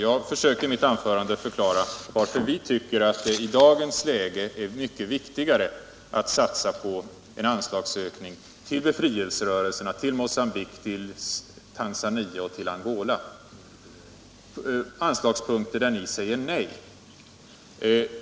Jag försökte i mitt anförande förklara varför vi tycker att det i dagens läge är mycket viktigare att satsa på en anslagsökning till befrielserörelserna och till Mogambique, Tanzania och Angola.